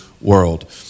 world